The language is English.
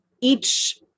each-